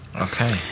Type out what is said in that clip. Okay